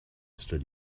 stood